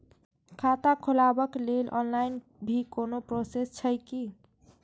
खाता खोलाबक लेल ऑनलाईन भी कोनो प्रोसेस छै की?